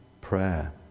prayer